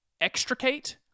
extricate